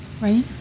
right